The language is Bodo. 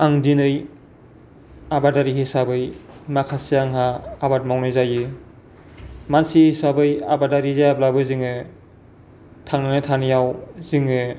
आं दिनै आबादारि हिसाबै माखासे आंहा आबाद मावनाय जायो मानसि हिसाबै आबादारि जायाब्लाबो जोङो थांनानै थानायाव जोङो